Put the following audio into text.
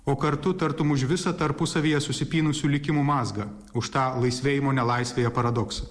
o kartu tartum už visą tarpusavyje susipynusių likimų mazgą už tą laisvėjimo nelaisvėje paradoksą